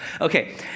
Okay